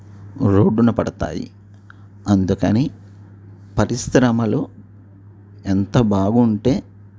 రోడ్డున పడతాయి అందుకని పరిశ్రమలు ఎంత బాగుంటే